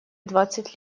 двадцать